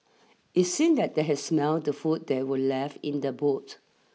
it seemed that they had smelt the food that were left in the boot